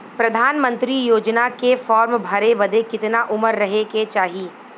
प्रधानमंत्री योजना के फॉर्म भरे बदे कितना उमर रहे के चाही?